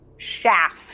shaft